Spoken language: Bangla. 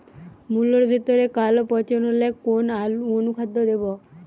মুলোর ভেতরে কালো পচন হলে কোন অনুখাদ্য দেবো?